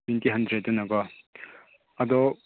twenty ꯍꯟꯗ꯭ꯔꯦꯗꯇꯅꯀꯣ ꯑꯗꯣ